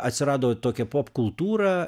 atsirado tokia popkultūra